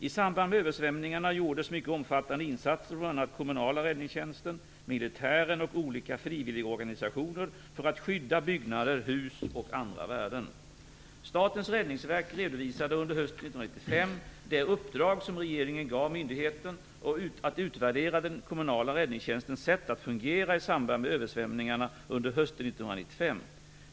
I samband med översvämningarna gjordes mycket omfattande insatser från bl.a. den kommunala räddningstjänsten, militären och olika frivilligorganisationer för att skydda byggnader, hus och andra värden. Statens räddningsverk redovisade under hösten 1995 det uppdrag som regeringen gav myndigheten att utvärdera den kommunala räddningstjänstens sätt att fungera i samband med översvämningarna under hösten 1995.